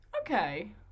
Okay